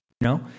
No